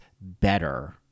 better